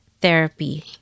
therapy